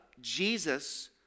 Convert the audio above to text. Jesus